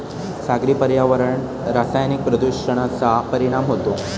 सागरी पर्यावरणावर रासायनिक प्रदूषणाचा परिणाम होतो